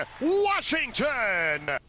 washington